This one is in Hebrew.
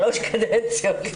שלוש קדנציות,